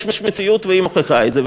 יש מציאות והיא מוכיחה את זה.